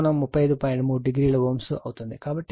కాబట్టి I V Z 100 61